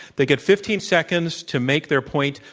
they get fifteen seconds to make their point.